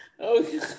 Okay